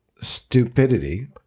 stupidity